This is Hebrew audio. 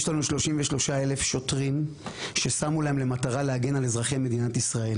יש לנו 33,000 שוטרים ששמו להם למטרה להגן על מדינת ישראל.